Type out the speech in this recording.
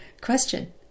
Question